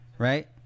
Right